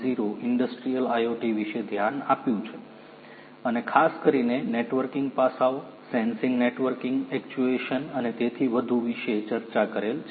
0 industrial IoT વિશે ધ્યાન આપ્યું છે અને ખાસ કરીને નેટવર્કિંગ પાસાઓ સેન્સિંગ નેટવર્કિંગ એક્ચ્યુએશન અને તેથી વધુ વિશે ચર્ચા કરેલ છે